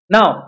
Now